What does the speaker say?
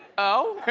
oh.